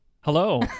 Hello